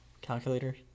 calculator